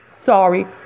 Sorry